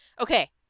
Okay